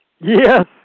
Yes